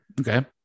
Okay